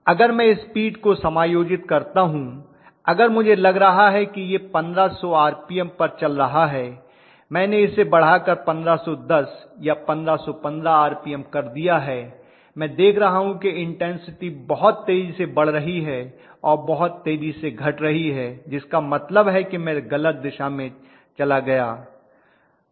अगर मैं स्पीड को समायोजित करता हूं अगर मुझे लग रहा है कि यह 1500 आरपीएम पर चल रहा है मैंने इसे बढ़ाकर 1510 या 1515 आरपीएम कर दिया है मैं देख रहा हूं कि इन्टेन्सिटी बहुत तेजी से बढ़ रही है और बहुत तेजी से घट रही है जिसका मतलब है कि मैं गलत दिशा में चला गया है